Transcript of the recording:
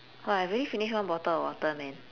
oh I already finished one bottle of water man